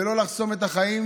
ולא לחסום את החיים